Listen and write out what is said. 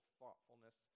thoughtfulness